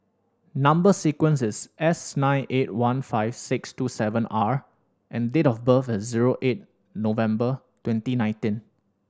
number sequence is S nine eight one five six two seven R and date of birth is zero eight November twenty nineteen